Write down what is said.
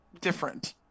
different